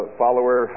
follower